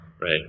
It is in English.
right